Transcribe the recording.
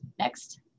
Next